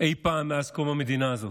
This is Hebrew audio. אי פעם מאז קום המדינה הזאת.